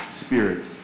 spirit